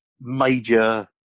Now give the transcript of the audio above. major